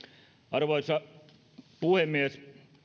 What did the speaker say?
arvoisa puhemies